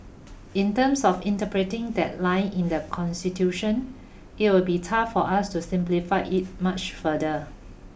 in terms of interpreting that line in the it would be tough for us to simplify it much further